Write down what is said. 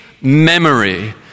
Memory